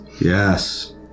Yes